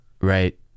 right